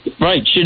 Right